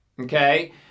Okay